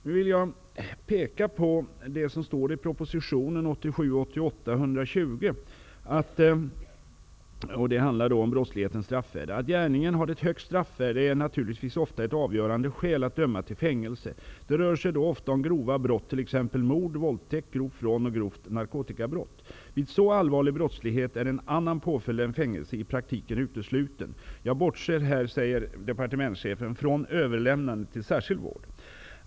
Jag vill peka på det som står i proposition ''Att gärningen har ett högt straffvärde är naturligtvis ofta ett avgörande skäl att döma till fängelse. Det rör sig då ofta om grova brott, t.ex. Vid så allvarlig brottslighet är annan påföljd än fängelse i praktiken utesluten; jag bortser här från överlämnande till särskild vård.